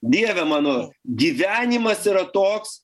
dieve mano gyvenimas yra toks